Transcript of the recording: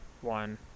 one